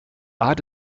art